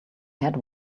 had